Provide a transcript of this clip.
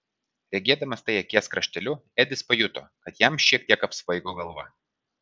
regėdamas tai akies krašteliu edis pajuto kad jam šiek tiek apsvaigo galva